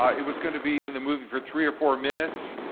it was gonna be in the movie for three or four minutes,